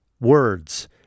words